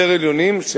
יותר עליונים,